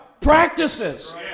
practices